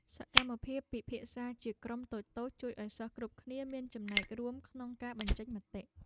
សកម្មភាពពិភាក្សាជាក្រុមតូចៗជួយឱ្យសិស្សគ្រប់គ្នាមានចំណែករួមក្នុងការបញ្ចេញមតិ។